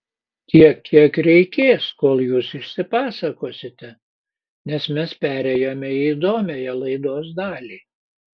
tiek kiek reikės kol jūs išsipasakosite nes mes perėjome į įdomiąją laidos dalį